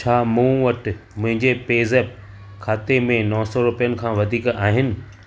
छा मूं वटि मुंहिंजे पे ज़ेप्प खाते में नौ सौ रुपियनि खां वधीक आहिनि